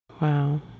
Wow